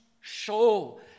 show